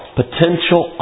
potential